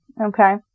Okay